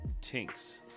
tinks